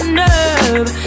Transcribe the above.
nerve